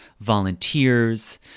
volunteers